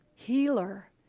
healer